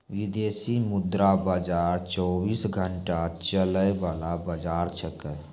विदेशी मुद्रा बाजार चौबीस घंटा चलय वाला बाजार छेकै